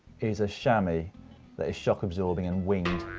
is a shammy that is shock absorbing and winged.